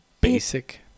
Basic